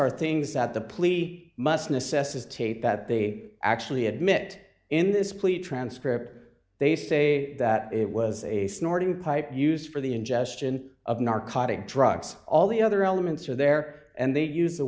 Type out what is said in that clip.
are things that the police must necessitate that they actually admit in this plea transcript or they say that it was a snorting pipe used for the ingestion of narcotic drugs all the other elements are there and they use the